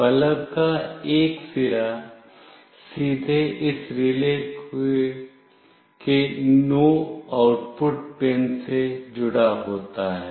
bulb का एक सिरा सीधे इस रिले के NO आउटपुट पिन से जुड़ा होता है